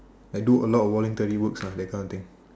like do a lot of voluntary works ah that kind of thing